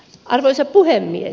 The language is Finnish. arvoisa puhemies